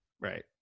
Right